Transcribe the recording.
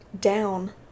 down